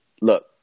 Look